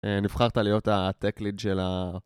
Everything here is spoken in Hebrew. נבחרת להיות ה-tech lead של ה...